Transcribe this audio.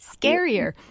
scarier